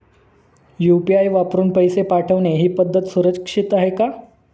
UPI वापरून पैसे पाठवणे ही पद्धत सुरक्षित आहे का?